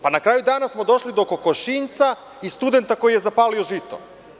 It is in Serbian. Na kraju dana smo došli do kokošinjca i studenta koji je zapalio žito.